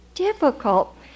difficult